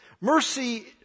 Mercy